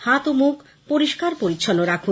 হাত ও মুখ পরিষ্কার পরিচ্ছন্ন রাখুন